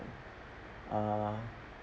err